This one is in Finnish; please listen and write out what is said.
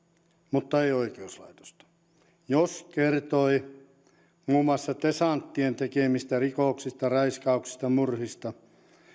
mutta ei oikeuslaitosta jos kertoi muun muassa desanttien tekemistä rikoksista raiskauksista murhista